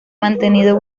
mantenido